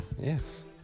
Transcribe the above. Yes